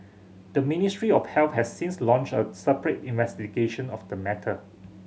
the Ministry of Health has since launched a separate investigation of the matter